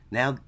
now